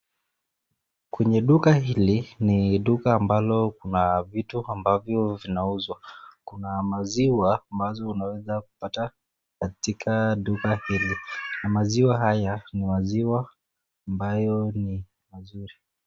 Kwenye duka hili ni duka ambalo kuna vitu ambavyo zinauzwa , kuna maziwa ambazo unaweza kupata katika duka hili na maziwa haya ni maziwa ambayo ni mazuri.